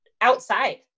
outside